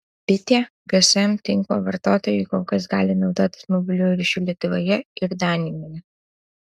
bitė gsm tinklo vartotojai kol kas gali naudotis mobiliuoju ryšiu lietuvoje ir danijoje